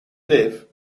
live